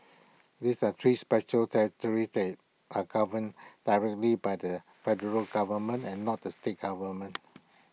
these are three special territories that are governed directly by the federal government and not the state government